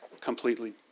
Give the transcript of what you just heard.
completely